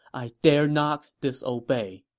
i dare not disobey.